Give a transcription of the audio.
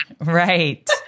Right